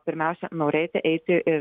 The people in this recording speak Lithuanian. pirmiausia norėti eiti ir